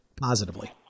positively